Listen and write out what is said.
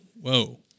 Whoa